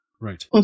right